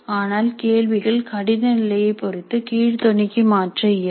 ஆனால் கேள்விகளை கடின நிலையை பொருத்து கீழ் தொனிக்கு மாற்ற இயலும்